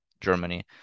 Germany